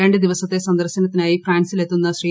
രണ്ട് ദിവസത്തെ സന്ദർശനത്തിനായി ഫ്രാൻസിലെത്തുന്ന ശ്രീ